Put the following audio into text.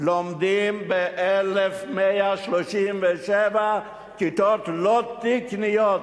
לומדים ב-1,137 כיתות לא תקניות,